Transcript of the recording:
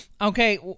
Okay